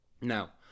Now